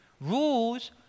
Rules